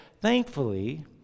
Thankfully